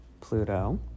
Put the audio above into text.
Pluto